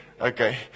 Okay